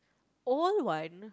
old wine